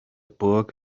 burg